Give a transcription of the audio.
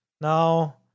Now